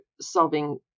solving